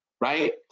Right